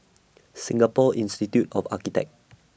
Singapore Institute of Architects